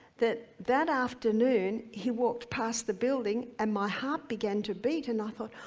that that afternoon he walked past the building, and my heart began to beat and i thought,